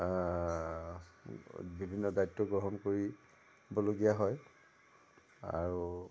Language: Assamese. বিভিন্ন দায়িত্ব গ্ৰহণ কৰিবলগীয়া হয় আৰু